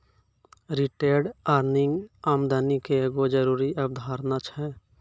retained earning आमदनी के एगो जरूरी अवधारणा छै